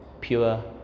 pure